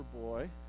boy